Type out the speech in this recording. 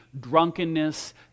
drunkenness